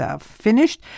finished